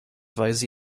weise